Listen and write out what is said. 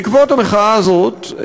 בעקבות המחאה הזאת,